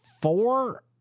four